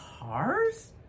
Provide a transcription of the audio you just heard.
cars